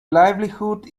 livelihood